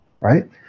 Right